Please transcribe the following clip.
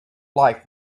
life